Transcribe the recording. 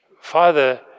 father